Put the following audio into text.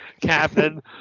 captain